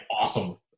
awesome